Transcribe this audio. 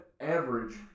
average